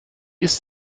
ist